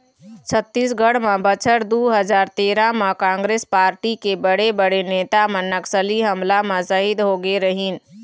छत्तीसगढ़ म बछर दू हजार तेरा म कांग्रेस पारटी के बड़े बड़े नेता मन नक्सली हमला म सहीद होगे रहिन